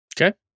Okay